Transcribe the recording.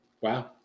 Wow